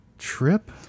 trip